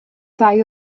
ddau